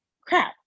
crap